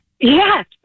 Yes